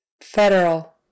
Federal